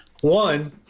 one